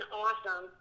awesome